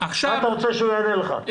מה אתה רוצה שהוא יענה לך?